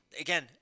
again